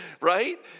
right